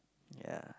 ya